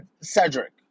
Cedric